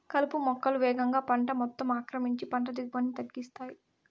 కలుపు మొక్కలు వేగంగా పంట మొత్తం ఆక్రమించి పంట దిగుబడిని తగ్గిస్తాయి